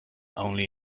only